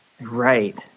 Right